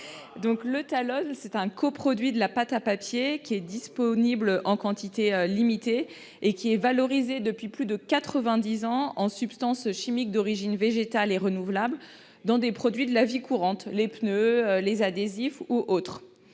Le tallol est un coproduit de la pâte à papier, disponible en quantité limitée, valorisé depuis plus de 90 ans en substance chimique d'origine végétale et renouvelable dans des produits de la vie courante : pneus, adhésifs ou autres.